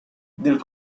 del